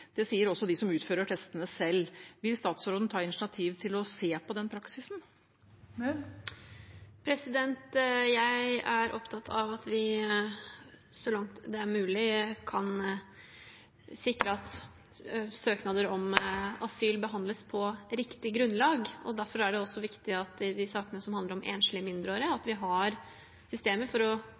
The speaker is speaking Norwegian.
Det sier også de som utfører testene, selv. Vil statsråden ta initiativ til å se på den praksisen? Jeg er opptatt av at vi, så langt det er mulig, kan sikre at søknader om asyl behandles på riktig grunnlag. Derfor er det også viktig i de sakene som handler om enslige mindreårige, at vi har systemer for å